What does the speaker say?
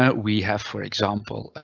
but we have, for example,